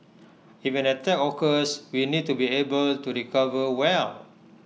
if an attack occurs we need to be able to recover well